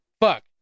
Fuck